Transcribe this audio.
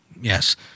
Yes